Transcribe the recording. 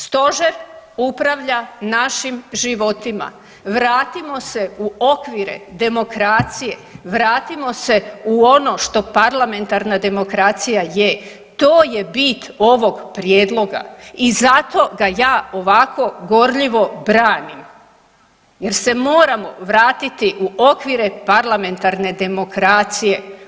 Stože upravlja našim životima, vratimo se u okvire demokracije, vratimo se u ono što parlamentarna demokracija je, to je bit ovog prijedloga i zato ga ja ovako gorljivo branim jer se moramo vratiti u okvire parlamentarne demokracije.